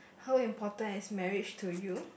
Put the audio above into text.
how important is marriage to you